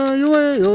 you know,